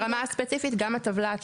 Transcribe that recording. ברמה הספציפית, גם הטבלה עצמה אושרה.